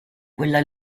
quella